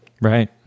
Right